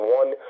one